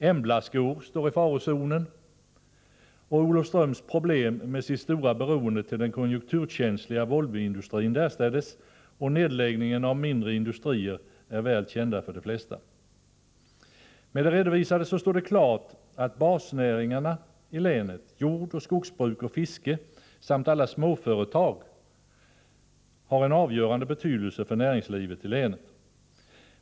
Emblaskor står i farozonen, och Olofströms problem med dess stora beroende till den konjunkturkänsliga Volvoindustrin därstädes och nedläggningar av mindre industrier är välkända för de flesta. Med det redovisade står det klart att basnäringarna i länet, jordoch skogsbruk och fiske samt alla småföretag, har en avgörande betydelse för näringslivet i länet.